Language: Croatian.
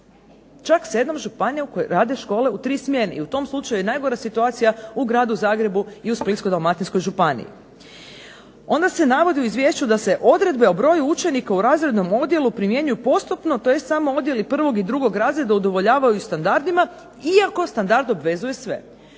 Čak 7 županija u kojima rade škole u 3 smjene i u tom slučaju je najgora situacija u Gradu Zagrebu i u Splitsko-dalmatinskoj županiji. Onda se navodi u izvješću da se odredbe o broju učenika primjenjuju postupno tj. samo odjeli prvog i drugog razreda udovoljavaju standardima iako standard obvezuje sve.